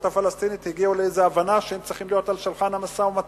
הפלסטינית כבר הגיעו לאיזו הבנה שהם צריכים להיות על שולחן המשא-ומתן,